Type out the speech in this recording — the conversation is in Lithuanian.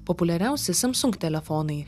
populiariausi samsung telefonai